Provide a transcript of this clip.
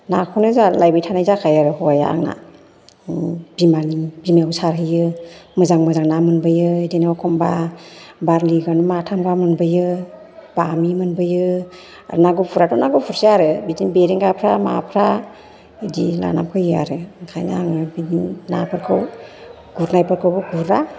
नाखौनो जोंहा लायबाय थानाय जाखायो आरो हौवाया आंना बिमानि बिमायाव सारहैयो मोजां मोजां ना मोनबोयो बिदिनो एखनबा बारलिखौनो माथाम गाहाम मोनबोयो बामि मोनबोयो आरो ना गुफुराथ' ना गुफुरसै आरो बिदिनो बेरेंगाफ्रा माफ्रा एदि ना लाना फैयो आरो ओंखायनो आङो बेदि नाफोरखौ गुरनायफोरखौबो गुरा